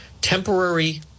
temporary